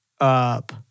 Up